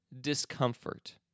discomfort